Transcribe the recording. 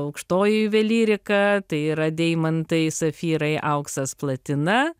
aukštoji juvelyrika tai yra deimantai safyrai auksas platina